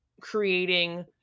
creating